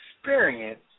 experience